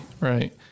right